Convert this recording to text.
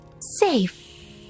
safe